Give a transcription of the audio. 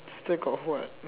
then got what